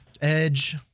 Edge